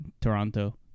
Toronto